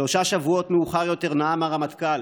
שלושה שבועות מאוחר יותר נאם הרמטכ"ל